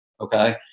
Okay